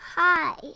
Hi